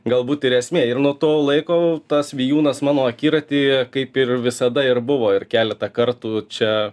galbūt ir esmė ir nuo to laiko tas vijūnas mano akiraty kaip ir visada ir buvo ir keletą kartų čia